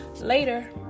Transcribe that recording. later